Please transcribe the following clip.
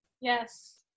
yes